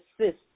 assist